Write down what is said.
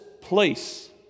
place